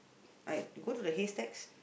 alright you go to the haystacks